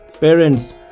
parents